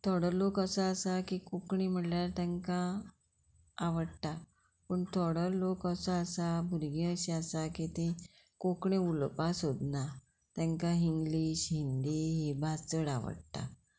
थोडो लोक असो आसा की कोंकणी म्हणल्यार तेंकां आवडटा पूण थोडो लोक असो आसा भुरगीं अशीं आसा की तीं कोंकणी उलोवपा सोदना तेंकां इंग्लीश हिंदी ही भास चड आवडटा